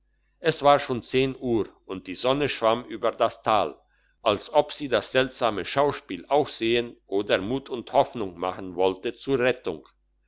es war schon zehn uhr und die sonne schwamm über das tal als ob sie das seltsame schauspiel auch sehen oder mut und hoffnung machen wollte zur rettung